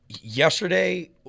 yesterday